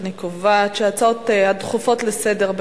אני קובעת שההצעות הדחופות לסדר-היום